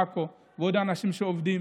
ועוד אנשים שעובדים.